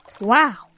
Wow